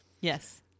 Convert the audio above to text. Yes